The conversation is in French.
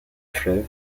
fleuve